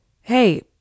hey